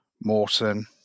Morton